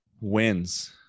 wins